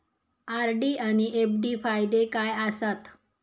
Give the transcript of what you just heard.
RD आनि FD फायदे काय आसात?